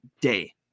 day